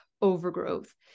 overgrowth